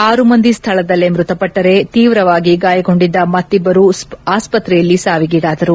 ಆರು ಮಂದಿ ಸ್ಥಳದಲ್ಲೇ ಮೃತಪಟ್ಟರೆ ತೀವ್ರವಾಗಿ ಗಾಯಗೊಂಡಿದ್ದ ಮತ್ತಿಬ್ಬರು ಆಸ್ಪತ್ರೆಯಲ್ಲಿ ಸಾವಿಗೀಡಾದರು